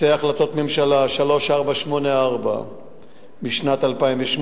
שתי החלטות ממשלה: 3484 משנת 2008